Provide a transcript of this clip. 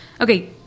Okay